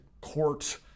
court